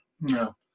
No